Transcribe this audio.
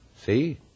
See